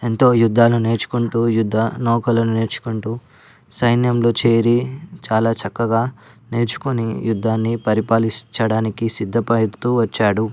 ఎంతో యుద్ధాలు నేర్చుకుంటూ యుద్ధ నౌకలను నేర్చుకుంటూ సైన్యంలో చేరి చాలా చక్కగా నేర్చుకొని యుద్ధాన్ని పరిపాలించటానికి సిద్ధపడుతూ వచ్చాడు